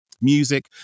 music